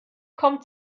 kommt